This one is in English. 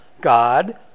God